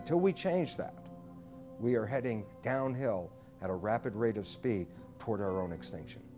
until we change that we are heading downhill at a rapid rate of speed toward our own extinction